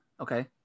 okay